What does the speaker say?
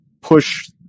push